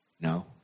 No